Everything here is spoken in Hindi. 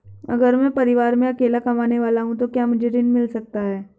अगर मैं परिवार में अकेला कमाने वाला हूँ तो क्या मुझे ऋण मिल सकता है?